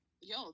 yo